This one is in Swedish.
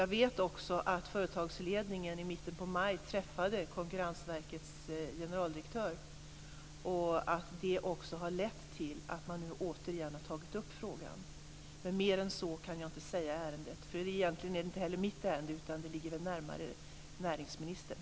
Jag vet att företagsledningen i mitten på maj träffade Konkurrensverkets generaldirektör och att det har lett till att man återigen har tagit upp frågan. Mer än så kan jag dock inte säga i ärendet. Det är egentligen inte mitt ärende, utan det ligger väl närmare näringsministern.